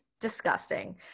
disgusting